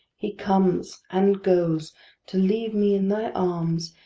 he comes and goes to leave me in thy arms,